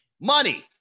Money